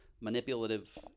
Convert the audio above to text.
manipulative